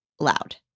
loud